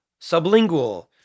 sublingual